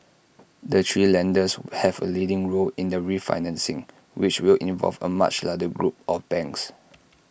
the three lenders have A leading role in the refinancing which will involve A much larger group of banks